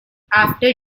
after